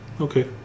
Okay